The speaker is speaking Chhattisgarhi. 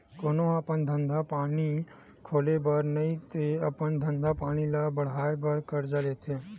कोनो ह अपन धंधा पानी खोले बर नइते अपन धंधा पानी ल बड़हाय बर करजा लेथे